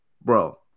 Bro